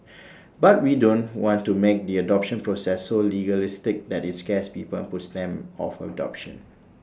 but we don't want to make the adoption process so legalistic that IT scares people and puts them off adoption